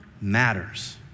matters